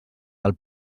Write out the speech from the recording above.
del